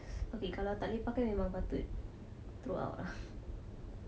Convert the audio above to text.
okay kalau tak boleh pakai memang patut throw out